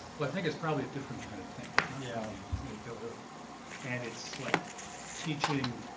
well, i think it's probably a different kind of thing. it's not yeah and it's like teaching